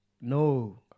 No